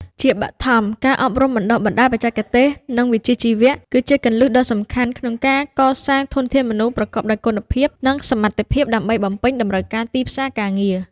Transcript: ជាបឋម ការអប់រំបណ្តុះបណ្តាលបច្ចេកទេស និងវិជ្ជាជីវៈ គឺជាគន្លឹះដ៏សំខាន់ក្នុងការកសាងធនធានមនុស្សប្រកបដោយគុណភាព និងសមត្ថភាពដើម្បីបំពេញតម្រូវការទីផ្សារការងារ។